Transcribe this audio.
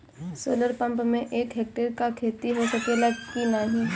Solar pump से एक hectare क खेती हो सकेला की नाहीं?